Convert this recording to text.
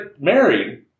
married